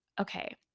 okay